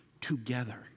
together